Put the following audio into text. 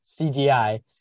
cgi